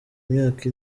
imyaka